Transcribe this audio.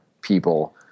people